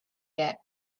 yet